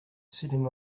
sitting